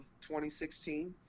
2016